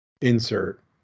insert